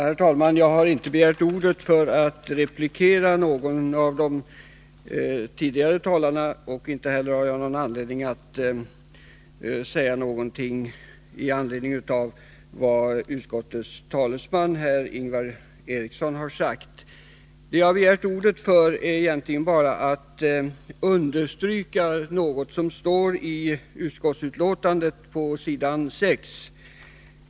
Herr talman! Jag har inte begärt ordet för att replikera någon av de tidigare talarna, och inte heller har jag någon orsak att säga någonting i anledning av det som utskottets talesman Ingvar Eriksson sagt. Jag har begärt ordet för att understryka något som står i utskottsbetänkandet på s. 6.